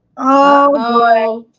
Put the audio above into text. oh